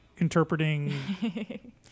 interpreting